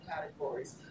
categories